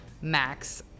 max